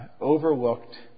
overlooked